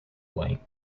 length